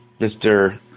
Mr